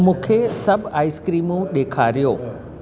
मूंखे सभु आइसक्रीमूं ॾेखारियो